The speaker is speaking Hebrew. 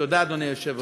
תודה, אדוני היושב-ראש.